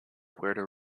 puerto